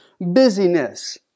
busyness